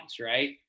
right